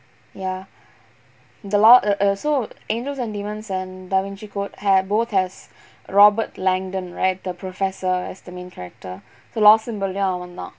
ya the lo~ err err so angels and demons and da vinci code had both has robert langdon right the professor as the main character the lost symbol லயும் அவன்தா:layum avanthaa